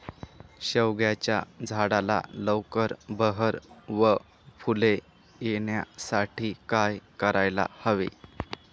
शेवग्याच्या झाडाला लवकर बहर व फूले येण्यासाठी काय करायला हवे?